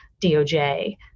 DOJ